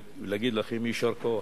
ולהגיד לכם: יישר כוח.